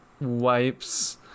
wipes